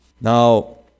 Now